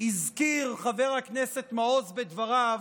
הזכיר חבר הכנסת מעוז בדבריו,